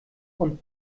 und